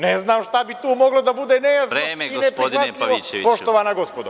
Ne znam šta bi tu moglo da bude nejasno i ne prihvatljivo, poštovana gospodo?